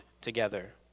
together